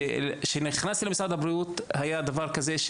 כשנכנסתי למשרד הבריאות היה דבר כזה,